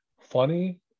funny